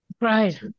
right